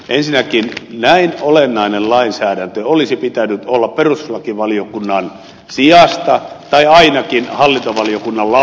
ensinnäkin näin olennaisen lainsäädännön olisi pitänyt olla perustuslakivaliokunnan lisäksi ainakin hallintovaliokunnan lausunnolla